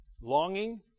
Longing